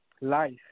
life